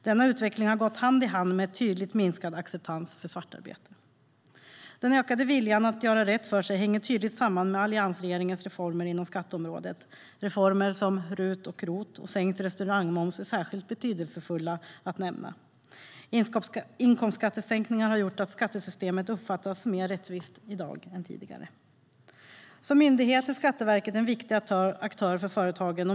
Denna utveckling har gått hand i hand med en tydligt minskad acceptans för svartarbete. Som myndighet är Skatteverket en viktig aktör för företagen.